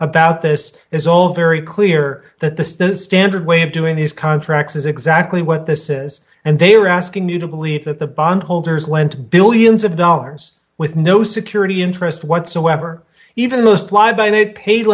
about this is all very clear that the standard way of doing these contracts is exactly what this is and they are asking you to believe that the bond holders lent billions of dollars with no security interest whatsoever even